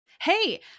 Hey